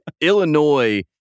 Illinois